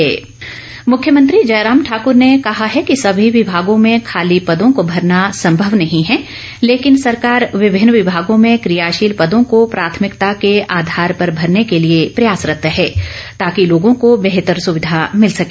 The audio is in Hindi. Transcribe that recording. प्रश्नकाल मुख्यमंत्री जयराम ठाकुर ने कहा है कि सभी विभागों में खाली पदों को भरना संभव नहीं है लेकिन सरकार विभिन्न विभागों में क्रियाशील पदों को प्राथमिकता के आधार पर भरने के लिए प्रयासरत है ताकि लोगों को बेहतर सुविधा मिल सके